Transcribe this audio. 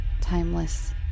timeless